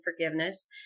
forgiveness